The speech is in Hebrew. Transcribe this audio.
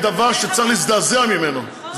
זה דבר שצריך להזדעזע ממנו, נכון.